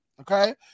Okay